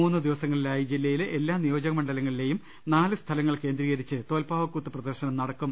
മൂന്നു ദിവസങ്ങ ളിലായി ജില്ലയിലെ എല്ലാ നിയോജക മണ്ഡലങ്ങളിലേയും നാല് സ്ഥല ങ്ങൾ കേന്ദ്രീകരിച്ച് തോൽപ്പാവക്കൂത്ത് പ്രദർശനം നടക്കും